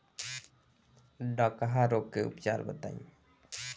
डकहा रोग के उपचार बताई?